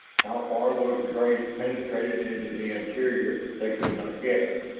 how far those rays penetrated into the interior they could not guess.